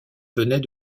venaient